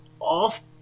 off